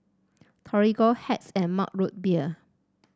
Torigo Hacks and Mug Root Beer